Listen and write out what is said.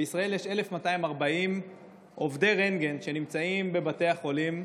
בישראל יש 1,240 עובדי רנטגן שנמצאים בבתי החולים.